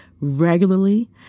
regularly